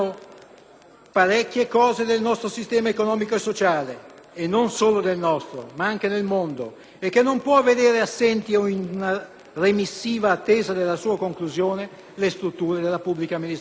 parecchi profili del nostro sistema economico e sociale - e non solo del nostro, ma anche nel mondo - e che non può vedere assenti, o in una remissiva attesa della sua conclusione, le strutture della pubblica amministrazione.